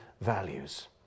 values